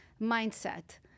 Mindset